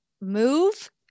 move